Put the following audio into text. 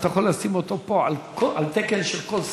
אתה יכול לשים אותו פה על תקן של כל שר.